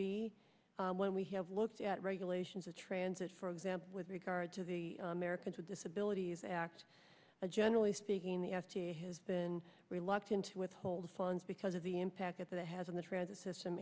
be when we have looked at regulations or transit for example with regard to the americans with disabilities act generally speaking the f d a has been reluctant to withhold funds because of the impact that that has on the transit system